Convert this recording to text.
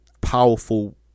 powerful